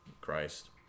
Christ